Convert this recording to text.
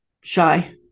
shy